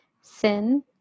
sin